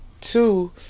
two